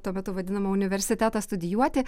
tuo metu vadinamą universitetą studijuoti